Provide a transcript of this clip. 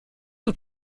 you